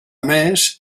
més